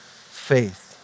faith